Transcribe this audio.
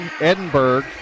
Edinburgh